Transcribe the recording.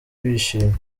bishimye